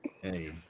Hey